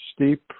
steep